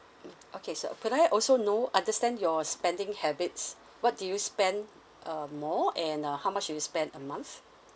mm okay so could I have also know understand your spending habits what do you spend uh more and uh how much do you spend a month